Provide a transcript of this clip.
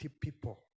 people